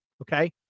okay